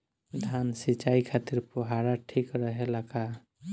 धान सिंचाई खातिर फुहारा ठीक रहे ला का?